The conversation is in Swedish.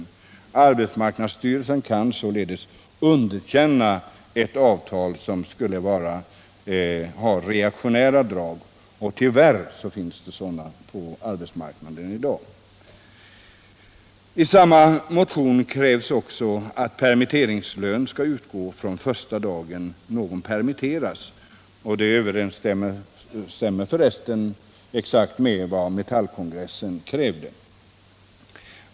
Arbetsmarknadsstyrelsen kan således underkänna ett avtal som skulle ha reaktionära drag — och tyvärr finns det sådana på arbetsmarknaden i dag. I samma motion krävs också att permitteringslön skall utgå från första dagen någon permitteras. Det överensstämmer för resten exakt med vad Metallkongressen krävde.